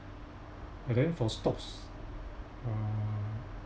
and then for stocks uh